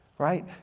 right